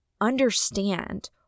understand